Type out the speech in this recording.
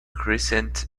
crescent